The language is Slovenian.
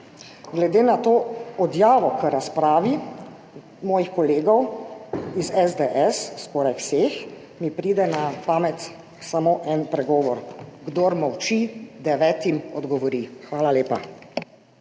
Glede na to odjavo mojih kolegov iz SDS, skoraj vseh, od razprave mi pride na pamet samo en pregovor: kdor molči, devetim odgovori. Hvala lepa.